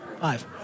Five